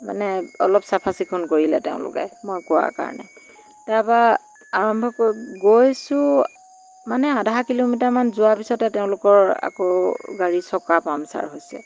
মানে অলপ চাফা চিকুণ কৰিলে তেওঁলোকে মই কোৱাৰ কাৰণে তাৰপৰা আৰম্ভ কৰিব গৈছোঁ মানে আধা কিলোমিটাৰ মান যোৱাৰ পিছতে তেওঁলোকৰ আকৌ গাড়ীৰ চকা পাঙচাৰ হৈছে